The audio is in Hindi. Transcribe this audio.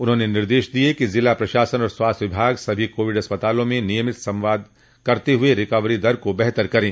उन्होंने निर्देश दिये कि जिला प्रशासन और स्वास्थ्य विभाग सभी कोविड अस्पतालों से नियमित संवाद बनाते हुए रिकवरी दर को बेहतर करे